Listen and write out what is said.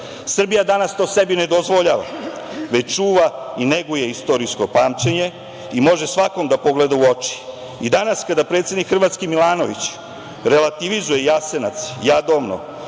danas to sebi ne dozvoljava, već čuva i neguje istorijsko pamćene i može svakome da pogleda u oči. Danas kada predsednik Hrvatske Milanović relativizuje Jasenovac, Jadovno,